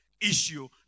Issue